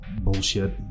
bullshit